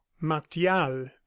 martial